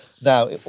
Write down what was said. now